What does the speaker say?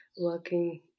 working